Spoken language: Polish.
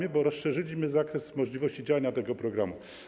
Co istotne, rozszerzyliśmy zakres możliwości działania tego programu.